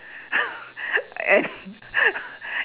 I